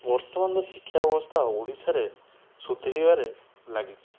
ବର୍ତ୍ତମାନର ଶିକ୍ଷା ବ୍ୟବସ୍ଥା ଓଡ଼ିଶାରେ ସୁଧୁରିବାରେ ଲାଗିଛି